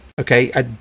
okay